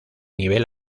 nivel